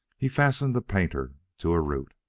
he fastened the painter to a root.